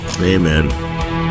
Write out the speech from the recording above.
Amen